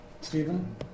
Stephen